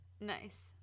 nice